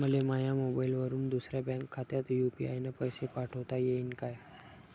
मले माह्या मोबाईलवरून दुसऱ्या बँक खात्यात यू.पी.आय न पैसे पाठोता येईन काय?